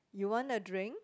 you want a drink